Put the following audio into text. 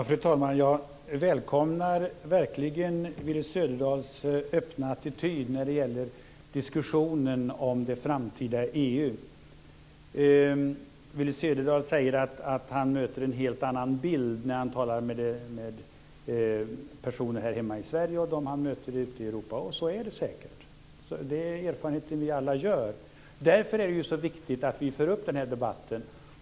Fru talman! Jag välkomnar verkligen Willy Söderdahls öppna attityd när det gäller diskussionen om det framtida EU. Willy Söderdahl säger att han möter en helt annan bild när han talar med personer hemma i Sverige och de han möter i Europa. Så är det säkert. Det är den erfarenhet vi alla gör. Därför är det så viktigt att vi för denna debatt.